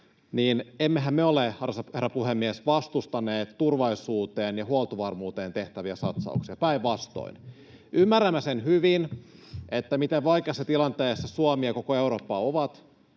että emmehän me ole, arvoisa herra puhemies, vastustaneet turvallisuuteen ja huoltovarmuuteen tehtäviä satsauksia — päinvastoin. [Ben Zyskowicz: Nimenomaan!] Ymmärrämme hyvin, miten vaikeassa tilanteessa Suomi ja koko Eurooppa ovat,